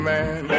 Man